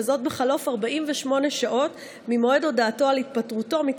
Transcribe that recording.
וזאת בחלוף 48 שעות ממועד הודעתו על התפטרותו